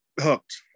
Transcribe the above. hooked